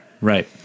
Right